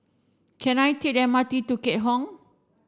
can I take the M R T to Keat Hong